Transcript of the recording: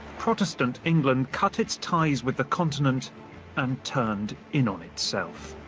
protestant england cut its ties with the continent and turned in on itself.